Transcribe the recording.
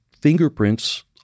fingerprints